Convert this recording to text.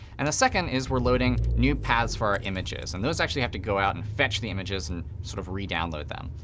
and the second is we're loading new paths for images. ad and those actually have to go out and fetch the images and sort of redownload them.